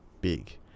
big